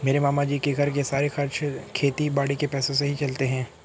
मेरे मामा जी के घर के सारे खर्चे खेती बाड़ी के पैसों से ही चलते हैं